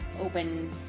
open